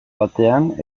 batean